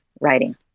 writing